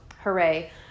hooray